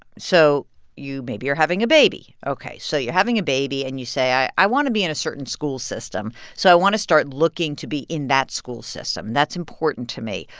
so you maybe you're having a baby. ok, so you're having a baby. and you say, i i want to be in a certain school system. so i want to start looking to be in that school system. that's important to me.